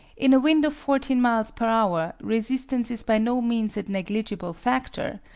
in a wind of fourteen miles per hour resistance is by no means a negligible factor,